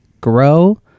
grow